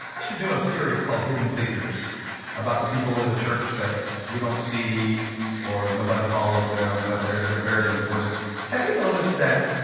i should do a series called hidden figures about the people in the church that we don't see or nobody follows them. but they're they're very important have you noticed that,